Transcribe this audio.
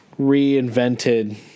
reinvented